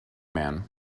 man